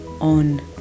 on